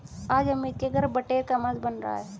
आज अमित के घर बटेर का मांस बन रहा है